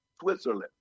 Switzerland